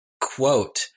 Quote